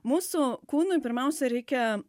mūsų kūnui pirmiausia reikia